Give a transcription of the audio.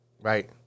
Right